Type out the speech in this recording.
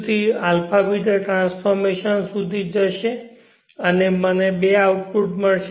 થી α β ટ્રાન્સફોર્મેશન સુધી જશે અને મને બે આઉટપુટ મળશે